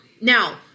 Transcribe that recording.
Now